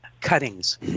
cuttings